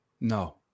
No